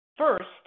First